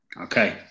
Okay